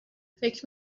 فکر